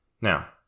Now